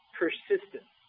persistence